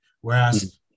Whereas